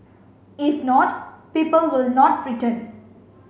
if not people will not return